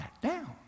down